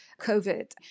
COVID